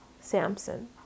Samson